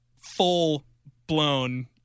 full-blown